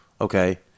Okay